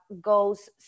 goes